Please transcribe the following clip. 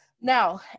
Now